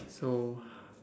so